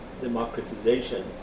democratization